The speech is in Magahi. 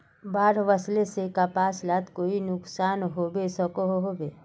बाढ़ वस्ले से कपास लात कोई नुकसान होबे सकोहो होबे?